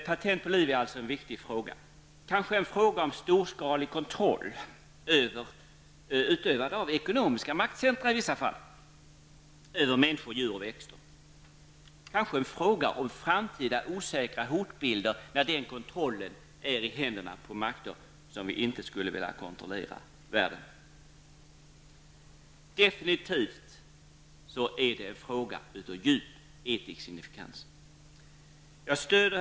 Patent på liv är alltså en viktig fråga, kanske en fråga om storskalig kontroll över människor, djur och växter -- en kontroll som i vissa fall utövas av ekonomiska maktcentra. Det är kanske en fråga om framtida, osäkra hotbilder där kontrollen är i händerna på sådana makter som vi inte skulle vilja se utöva kontroll över världen. Detta är definitivt en fråga av djup etisk signifikans. Herr talman!